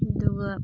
ꯑꯗꯨꯒ